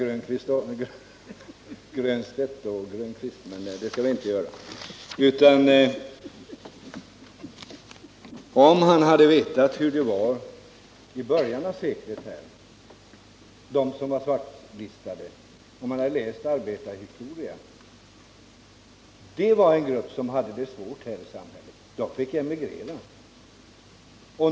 Men om Pär Granstedt hade läst arbetarhistoria och känt till hur de svartlistade hade det i början av seklet, hade han vetat att detta var en grupp människor som då hade det svårt i samhället — de fick emigrera.